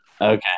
Okay